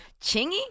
chingy